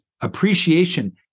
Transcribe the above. appreciation